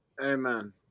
Amen